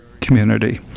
community